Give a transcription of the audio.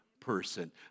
person